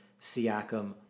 Siakam